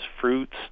fruits